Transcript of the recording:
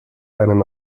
einen